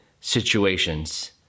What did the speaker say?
situations